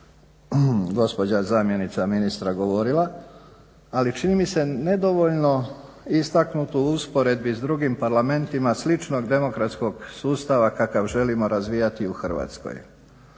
gospođa zamjenica ministra govorila, ali čini mi se nedovoljno istaknuto u usporedbi s drugim parlamentima sličnog demokratskog sustava kakav želimo razvijati u Hrvatskoj.